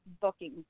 booking